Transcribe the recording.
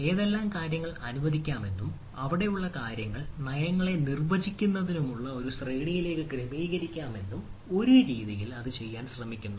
ഏതെല്ലാം കാര്യങ്ങൾ അനുവദിക്കാമെന്നും അവിടെയുള്ള കാര്യങ്ങൾ നയങ്ങളെ നിർവചിക്കുന്നതിനുള്ള ഒരു ശ്രേണിയിലേക്ക് ക്രമീകരിക്കാമെന്നും ഒരു രീതിയിൽ അത് ചെയ്യാൻ ശ്രമിക്കുന്നു